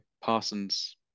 Parsons